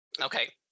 Okay